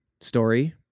story